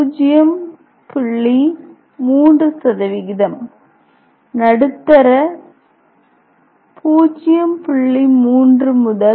3 நடுத்தர 0